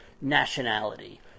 nationality